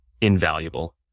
invaluable